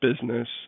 business